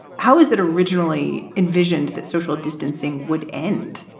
how is it originally envisioned that social distancing would end?